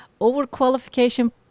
Overqualification